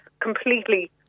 completely